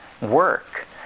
work